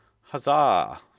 huzzah